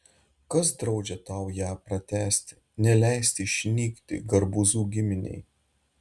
kas draudžia tau ją pratęsti neleisti išnykti garbuzų giminei